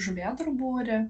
žuvėdrų būrį